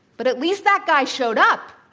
but at least that guy showed up.